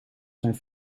zijn